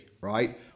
right